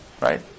right